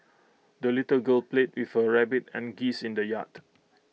the little girl played with her rabbit and geese in the yard